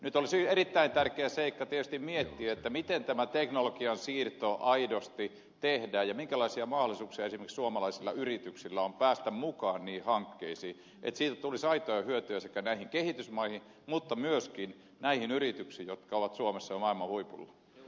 nyt olisi erittäin tärkeä seikka tietysti miettiä miten tämä teknologian siirto aidosti tehdään ja minkälaisia mahdollisuuksia esimerkiksi suomalaisilla yrityksillä on päästä mukaan niihin hankkeisiin että siitä tulisi aitoa hyötyä näihin kehitysmaihin mutta myöskin näihin yrityksiin jotka ovat suomessa jo maailman huipulla